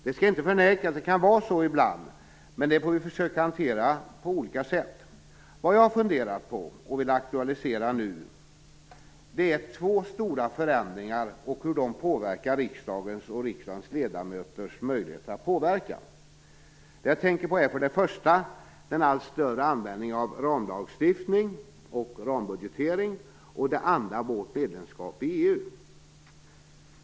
Det skall inte förnekas att det kan vara så ibland, men det får vi försöka hantera på olika sätt. Vad jag har funderat på och vill aktualisera nu är två stora förändringar och hur de påverkar riksdagens och riksdagens ledamöters möjligheter att påverka. Det jag tänker på är för det första den allt större användningen av ramlagstiftning och rambudgetering, och för det andra vårt medlemskap i EU.